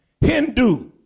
Hindu